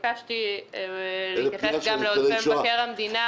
התבקשתי להתייחס גם לעודפי מבקר המדינה,